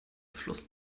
fluss